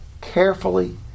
carefully